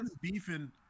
beefing